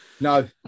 No